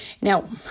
now